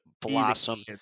blossom